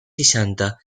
seixanta